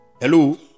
Hello